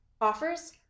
offers